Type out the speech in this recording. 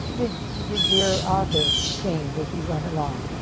did did your author change as you went along?